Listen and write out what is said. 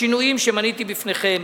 השינויים שמניתי בפניכם